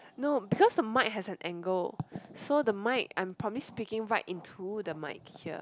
no because the mic has an angle so the mic I'm promise speaking right into the mic here